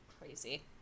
crazy